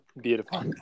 beautiful